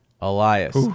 Elias